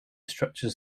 structures